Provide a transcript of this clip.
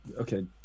okay